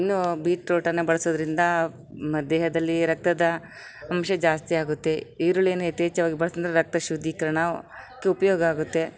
ಇನ್ನೂ ಬಿಟ್ರೊಟನ್ನು ಬಳ್ಸೊದ್ರಿಂದ ನಮ್ಮ ದೇಹದಲ್ಲಿ ರಕ್ತದ ಅಂಶ ಜಾಸ್ತಿ ಆಗುತ್ತೆ ಈರುಳ್ಳಿ ಯಥೇಚ್ಛವಾಗಿ ಬಳ್ಸೋ ರಕ್ತಶುದ್ಧಿಕರಣ ತು ಉಪಯೋಗ ಆಗುತ್ತೆ